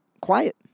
quiet